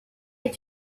est